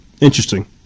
Interesting